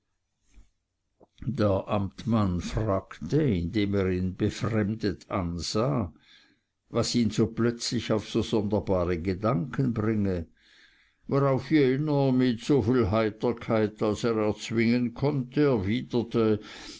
der amtmann fragte indem er ihn befremdet ansah was ihn plötzlich auf so sonderbare gedanken bringe worauf jener mit soviel heiterkeit als er erzwingen konnte